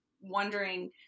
wondering